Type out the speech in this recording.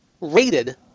rated